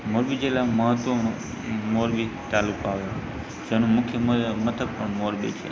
મોરબી જિલ્લામાં મહત્ત્વનું મોરબી તાલુકો આવેલો છે જેનું મુખ્ય મથક પણ મ મોરબી છે